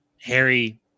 Harry